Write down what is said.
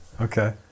Okay